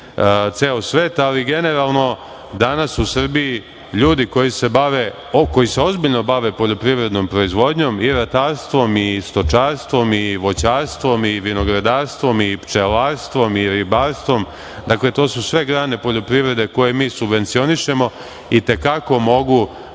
ceo svet, ali generalno danas u Srbiji ljudi koji se bave, koji se ozbiljno bave poljoprivrednom proizvodnjom i ratarstvom, i stočarstvom, i voćarstvom, i vinogradarstvom, i pčelarstvom, i ribarstvom, dakle, to su sve grane poljoprivrede koje mi subvencionišemo, i te kako mogu